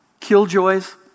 killjoys